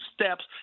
steps